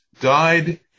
died